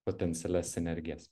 potencialias sinergijas